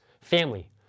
family